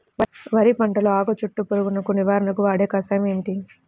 వరి పంటలో ఆకు చుట్టూ పురుగును నివారణకు వాడే కషాయం ఏమిటి?